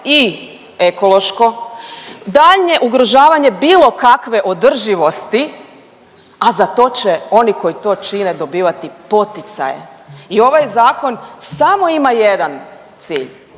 i ekološko, daljnje ugrožavanje bilo kakve održivosti, a za to će oni koji to čine dobivati poticaje. I ovaj Zakon samo ima jedan cilj,